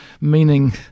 meaning